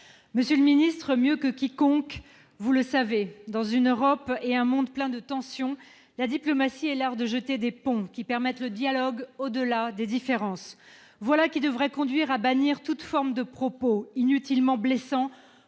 Monsieur le ministre, vous le savez mieux que quiconque, dans une Europe et un monde pleins de tensions, la diplomatie est l'art de jeter des ponts qui permettent le dialogue au-delà des différences. Voilà qui devrait conduire à bannir toute forme de propos inutilement blessants